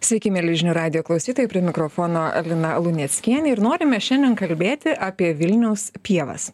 sveiki mieli žinių radijo klausytojai prie mikrofono lina luneckienė ir norime šiandien kalbėti apie vilniaus pievas